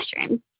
mushrooms